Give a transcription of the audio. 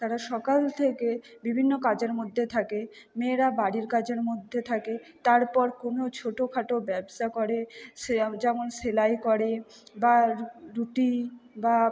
তারা সকাল থেকে বিভিন্ন কাজের মধ্যে থাকে মেয়েরা বাড়ির কাজের মধ্যে থাকে তারপর কোনো ছোটখাটো ব্যবসা করে সেয়াম যেমন সেলাই করে বা রু রুটি বা